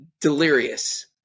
delirious